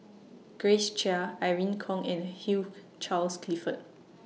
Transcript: Grace Chia Irene Khong and Hugh Charles Clifford